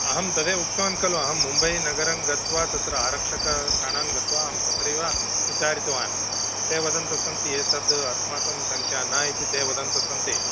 अहं तदेव उक्तवान् खलु अहं मुम्बैनगरं गत्वा तत्र आरक्षकस्य ठाणां गत्वा तत्रैव विचारितवान् ते वदन्तः सन्ति एतद् अस्माकं सङ्ख्या न इति ते वदन्तः सन्ति